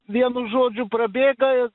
vienu žodžiu prabėga i